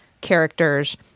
characters